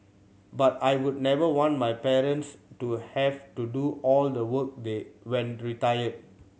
but I would never want my parents to have to do all the work they when retired